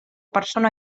persona